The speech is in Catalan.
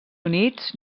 units